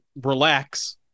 Relax